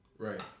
Right